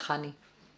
וכלכלה.